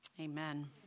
Amen